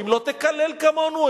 אם לא תקלל כמונו,